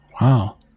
Wow